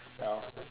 sell